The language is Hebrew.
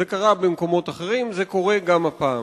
זה קרה במקומות אחרים, וזה קורה גם הפעם.